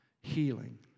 Healing